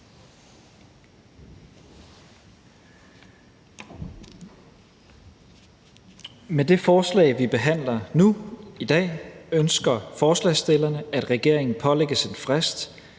Med det forslag, vi behandler nu i dag, ønsker forslagsstillerne, at regeringen pålægges en frist